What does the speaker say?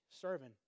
serving